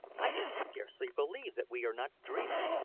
i can scarcely believe that we are not dreaming.